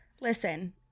Listen